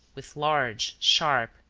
with large, sharp,